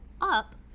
up